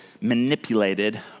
manipulated